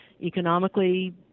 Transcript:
economically